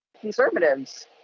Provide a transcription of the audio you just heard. conservatives